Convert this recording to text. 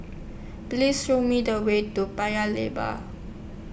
Please Show Me The Way to Paya Lebar